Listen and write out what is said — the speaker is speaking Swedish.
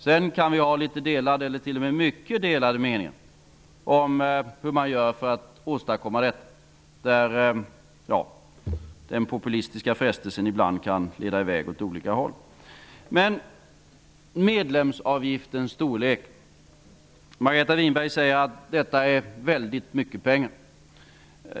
Sedan kan vi ha litet, eller t.o.m. mycket, delade meningar om hur man gör för att åstadkomma detta. Ibland kan den populistiska frestelsen leda i väg åt olika håll. När det gäller medlemsavgiftens storlek säger Margareta Winberg att det rör sig om väldigt mycket pengar.